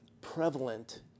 prevalent